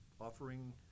Offering